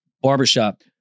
barbershop